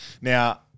Now